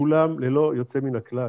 כולם ללא יוצא מן הכלל